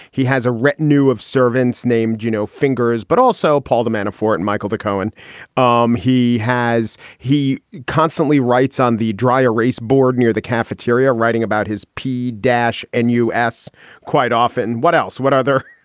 he has a retinue of servants named, you know, fingers. but also paul the manafort, and michael the cohen um he has he constantly writes on the dry erase board near the cafeteria, writing about his pea dash. and you asked quite often, what else? what are there?